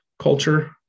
culture